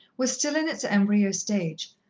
was still in its embryo stage,